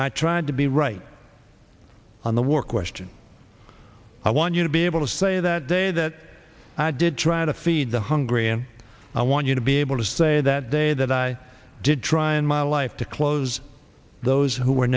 i tried to be right on the war question i want you to be able to say that day that i did try to feed the hungry and i want you to be able to say that day that i did try in my life to close those who